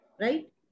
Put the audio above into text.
right